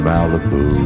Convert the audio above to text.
Malibu